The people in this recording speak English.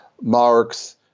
Marx